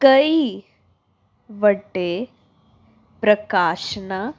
ਕਈ ਵੱਡੇ ਪ੍ਰਕਾਸ਼ਨਾਂ